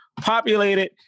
populated